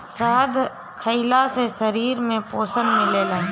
शहद खइला से शरीर में पोषण मिलेला